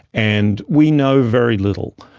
and we know very little.